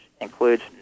includes